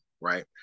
right